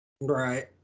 Right